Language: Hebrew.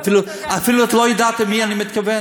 את אפילו לא יודעת למי אני מתכוון.